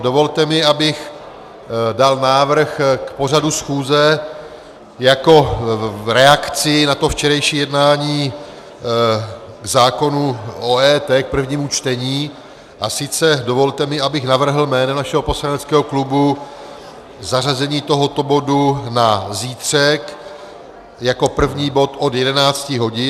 Dovolte mi, abych dal návrh k pořadu schůze jako v reakci na to včerejší jednání zákonu o EET k prvnímu čtení, a sice dovolte mi, abych navrhl jménem našeho poslaneckého klubu zařazení tohoto bodu na zítřek jako první bod od 11 hodin.